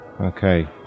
Okay